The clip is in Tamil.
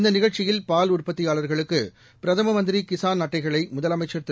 இந்த நிகழ்ச்சியில் பால் உற்பத்தியாளர்களுக்கு பிரதம மந்திரி கிஷான் அட்டைகளை முதலமைச்சர் திரு